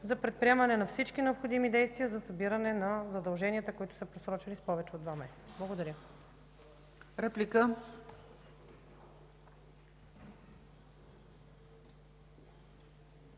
за предприемане на всички необходими действия за събиране на задълженията, които са просрочени с повече от два месеца. Благодаря.